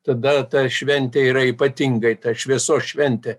tada ta šventė yra ypatingai ta šviesos šventė